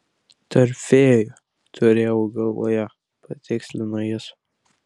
tarp fėjų turėjau galvoje patikslino jis